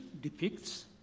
depicts